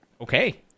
Okay